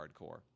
hardcore